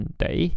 day